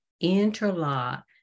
interlock